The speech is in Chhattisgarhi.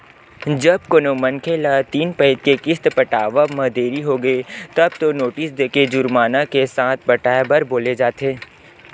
जब कोनो मनखे ल तीन पइत के किस्त पटावब म देरी होगे तब तो नोटिस देके जुरमाना के साथ पटाए बर बोले जाथे